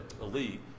elite